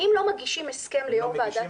צריך להגיש הסכם ליו"ר ועדת